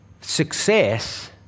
success